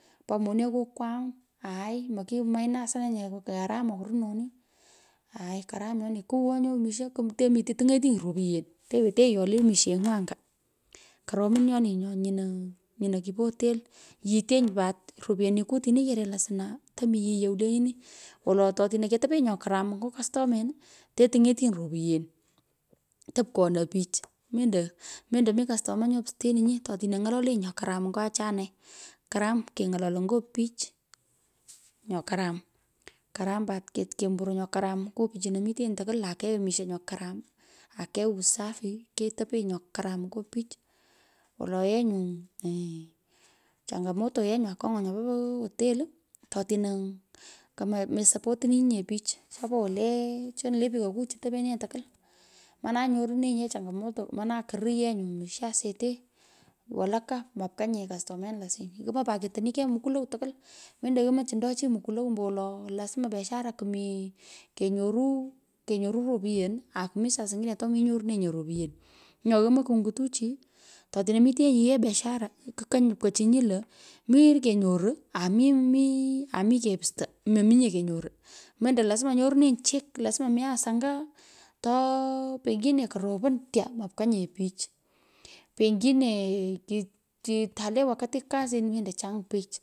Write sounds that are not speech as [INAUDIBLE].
Pa monekuu kwaam, aaii, moki mainasunanyinye gharama orunoni, aai, karam nyoni, kuwonyu omisho kutem, tingetinyi, ropyen, tewetenyi, yole misherg’u anga. Koromun nyoni nyino kipo hoteli. Yitenyi pat repyeniku otini kerelenyi asna, tomita [UNINTELLIGIBLE] moketepenyinye nyo karam nyo kastomen tetiny’etinyi ropuyen, topkono pich. Mendo mi kastoma nyo pasteninyi to tino ny’oloneny, nyo karam nyo achane karum keng'ololoi, nyo pich nyo karam. Karam pat kemburoi nyo karam nyo pichino mitenyi, tukwol akegh omisho nyo akegh usati, ketopenyi nyo karam ngo pich. Wola yee nyuu mmh eee, changamoto yee nyu akong'a nyopo hotel to tino kumesorninye pich chanu lee, pikoku chu tepenenyi tukwul, mano nyorunenyi, yee changamoto mana koruu yee misho asete walaku, mapkanye kastomenu lasiny. Ke kupa pat ketoni kegh mukuloi tokwal, mendo yomoi chundo chi mukulow, ambo wolo lasma mi, kenyoru ropyen, aku mii saa ingine tomenyoronenyinye ropyen. Nyo omoi konguto chi totino mitenyi yighee biashara, kukony kupkochinyi, lo mi kenyoro. ami, ami kepusto, mominye kenyoro mendo lasma nyorunenyi chik ku lasma mi asis anga to pengine koropon tya mopka nye pich, pengine kii (hestation) fulei wakati kasin, mendo chong pich.